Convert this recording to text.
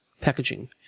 packaging